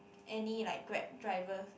any like Grab drivers